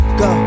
go